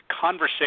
conversation